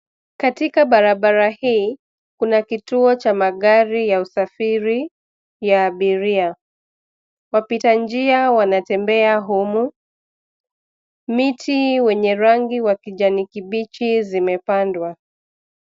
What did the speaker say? Katika barabara hii, kuna kituo cha magari ya usafiri ya abiria. Wapita njia wanatembea humu. Miti wenye rangi wa kijani kibichi zimepandwa.